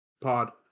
pod